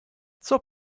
zur